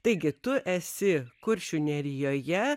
taigi tu esi kuršių nerijoje